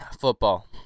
football